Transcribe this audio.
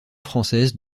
française